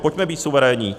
Pojďme být suverénní.